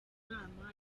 inama